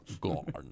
gone